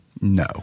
No